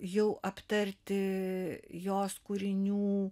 jau aptarti jos kūrinių